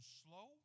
slow